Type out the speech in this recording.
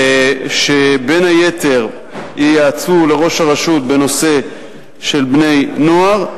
שבין היתר ייעצו לראש הרשות בנושא של בני-נוער.